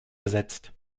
besetzt